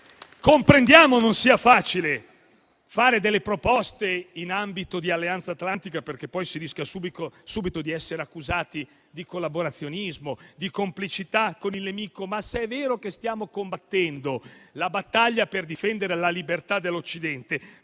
Comprendiamo non sia facile fare delle proposte in ambito di Alleanza atlantica, perché si rischia subito di essere accusati di collaborazionismo e di complicità con il nemico; tuttavia, se è vero che stiamo combattendo la battaglia per difendere la libertà dell'Occidente,